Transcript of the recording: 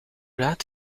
laat